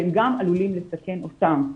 והם גם עלולים לסכן אותם.